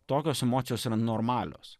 tokios emocijos yra normalios